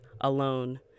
alone